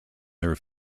their